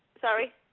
Sorry